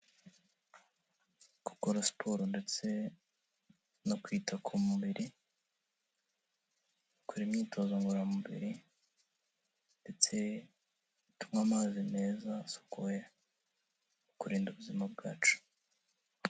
Gukora siporo ndetse no kwita ku mubiri, gukora imyitozo ngororamubiri ndetse tunywe amazi meza asukuye mu kurinda ubuzima bwacu.